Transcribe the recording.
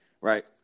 right